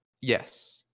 yes